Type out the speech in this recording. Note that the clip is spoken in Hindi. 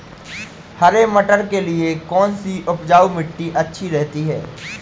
हरे मटर के लिए कौन सी उपजाऊ मिट्टी अच्छी रहती है?